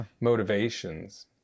motivations